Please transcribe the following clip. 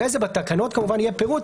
אחרי זה בתקנות כמובן יהיה פירוט,